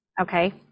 Okay